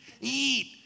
eat